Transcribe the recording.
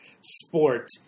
sport